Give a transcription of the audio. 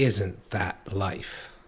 isn't that life